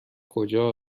کجا